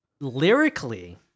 lyrically